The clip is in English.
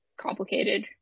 complicated